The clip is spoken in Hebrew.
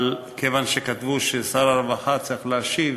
אבל כיוון שכתבו ששר הרווחה צריך להשיב,